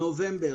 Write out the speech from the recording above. תודה רבה.